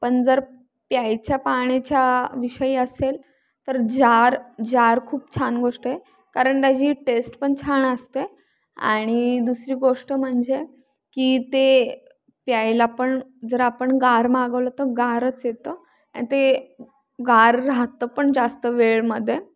पण जर प्यायच्या पाण्याच्या विषयी असेल तर जार जार खूप छान गोष्ट आहे कारण त्याची टेस्ट पण छान असते आणि दुसरी गोष्ट म्हणजे की ते प्यायला पण जर आपण गार मागवलं तर गारच येतं ते गार राहतं पण जास्त वेळेमध्ये